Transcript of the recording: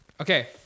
Okay